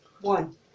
One